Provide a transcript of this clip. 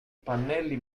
pannelli